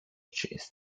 trees